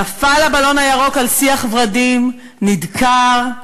נפל הבלון הירוק על שיח ורדים, נדקר,